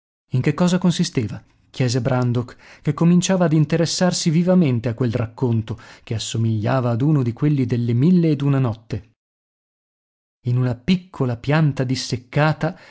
in che cosa consisteva chiese brandok che cominciava ad interessarsi vivamente a quel racconto che assomigliava ad uno di quelli delle mille ed una notte in una piccola pianta disseccata